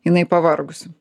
jinai pavargusi